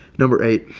number eight